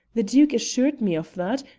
the duke assured me of that,